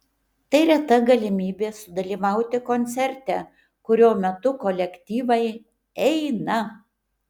tai reta galimybė sudalyvauti koncerte kurio metu kolektyvai eina